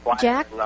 Jack